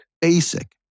Basic